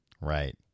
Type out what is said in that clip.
Right